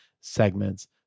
segments